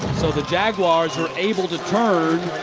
so the jaguars are able to turn